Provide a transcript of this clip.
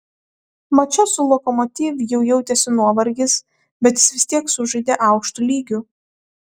mače su lokomotiv jau jautėsi nuovargis bet jis vis tiek sužaidė aukštu lygiu